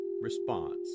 response